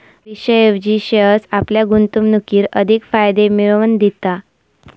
भविष्याऐवजी शेअर्स आपल्या गुंतवणुकीर अधिक फायदे मिळवन दिता